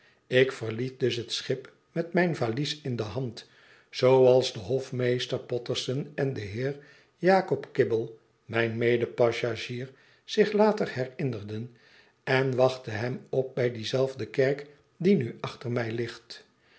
ik verliet dus het schip met mijn valies in de hand zooals de hofmeester potterson en de heer jakob kibble mijn medepassagier zich later herinnerden en wachtte hem op bij die zelfde kerk die nu achter mij ligt